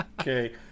Okay